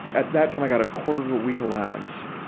at that time, i got a quarter a week allowance,